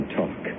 talk